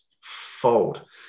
fold